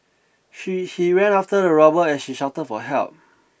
she he ran after the robber as she shouted for help